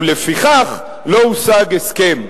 ולפיכך לא הושג הסכם.